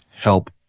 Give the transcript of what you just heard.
Help